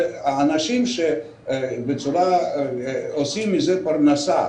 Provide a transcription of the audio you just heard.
האנשים שעושים מזה פרנסה